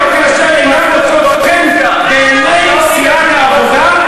גם כאשר הן אינן מוצאות חן בעיני סיעת העבודה,